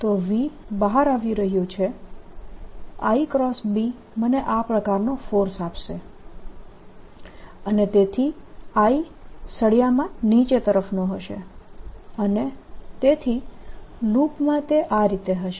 તો v બહાર આવી રહ્યુ છે I x B મને આ પ્રકારનો ફોર્સ આપશે અને તેથી I સળિયામાં નીચે તરફનો હશે અને તેથી લૂપમાં તે આ રીતે હશે